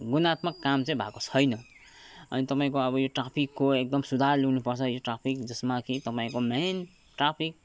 गुणात्मक काम चाहिँ भएको छैन अनि तपाईँको अब यो ट्राफिकको एकदम सुधार ल्याउनु पर्छ यो ट्राफिक जसमा कि तपाईँको मेन ट्राफिक